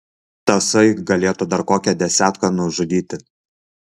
tasai galėtų dar kokią desetką nužudyti